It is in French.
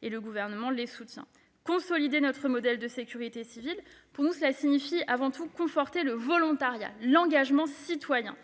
que le Gouvernement soutient. Consolider notre modèle de sécurité civile, cela signifie avant tout conforter le volontariat et l'engagement citoyen.